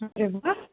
अरे वा